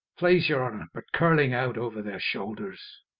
plaize your honour, but curling out over their shoulders.